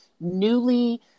newly